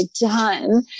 done